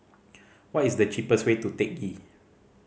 what is the cheapest way to Teck Ghee